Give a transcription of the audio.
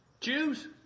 choose